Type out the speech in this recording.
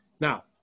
Now